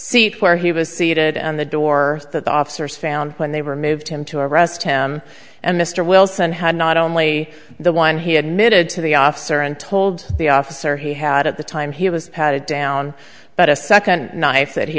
seat where he was seated and the door that the officers found when they were moved him to arrest him and mr wilson had not only the one he admitted to the officer and told the officer he had at the time he was patted down but a second knife that he